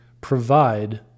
provide